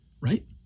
right